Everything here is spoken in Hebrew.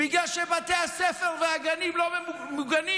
בגלל שבתי הספר והגנים לא ממוגנים.